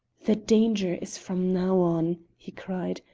the danger is from now on, he cried,